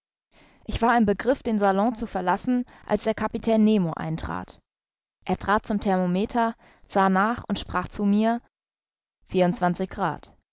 ich war im begriff den salon zu verlassen als der kapitän nemo eintrat er trat zum thermometer sah nach und sprach zu mir